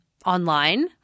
Online